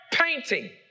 Painting